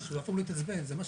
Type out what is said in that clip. השינויים.